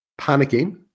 panicking